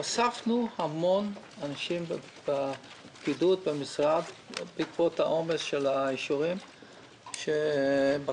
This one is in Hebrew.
הוספנו המון אנשים לפקידות במשרד בעקבות העומס באישורים לקנאביס.